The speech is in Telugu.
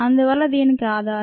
అందువల్ల దీనికి ఆధారం